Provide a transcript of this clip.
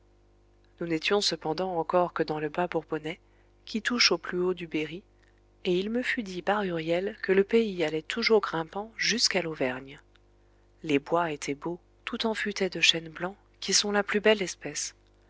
nous n'étions cependant encore que dans le bas bourbonnais qui touche au plus haut du berry et il me fut dit par huriel que le pays allait toujours grimpant jusqu'à l'auvergne les bois étaient beaux tout en futaies de chênes blancs qui sont la plus belle espèce